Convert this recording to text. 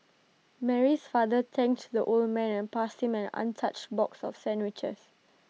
Mary's father thanked the old man and passed him an untouched box of sandwiches